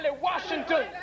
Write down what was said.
Washington